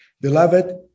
Beloved